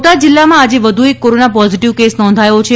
બોટાદ જીલ્લામાં આજે વધુ એક કોરોના પોઝીટીવ કેસ નોંધાયો છે